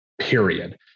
Period